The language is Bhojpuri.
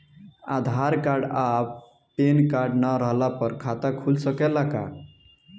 आधार कार्ड आ पेन कार्ड ना रहला पर खाता खुल सकेला का?